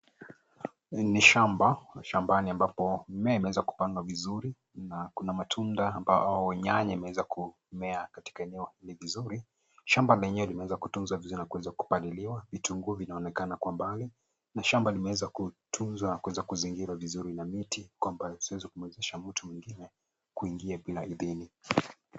Ni shamba, shambani ambapo mimea imeweza kupangwa vizuri na kuna matunda ambayo nyanya imeweza kumea katika eneo hili vizuri. Shamba lenyewe limeweza kutunzwa vizuri na kuweza kupaliliwa. Vitunguu vinaonekana kwa mbali. Ni shamba limeweza kutunzwa na kuweza kuzingirwa vizuri na miti, kwamba ziweze kumwezesha mtu mwingine kuingia bila idhini.